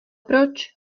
proč